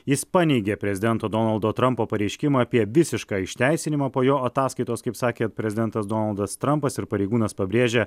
jis paneigė prezidento donaldo trampo pareiškimą apie visišką išteisinimą po jo ataskaitos kaip sakė prezidentas donaldas trampas ir pareigūnas pabrėžia